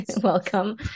Welcome